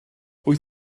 wyt